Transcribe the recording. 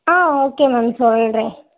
ஆ okay ma'am சொல்கிறேன்